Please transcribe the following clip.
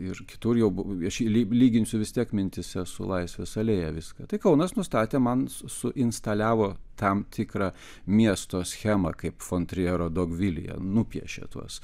ir kitur jau buvo aš jį ly lyginsiu vis tiek mintyse su laisvės alėja viską tai kaunas nustatė man su suinstaliavo tam tikrą miesto schemą kaip fontriero dogvilyje nupiešė tuos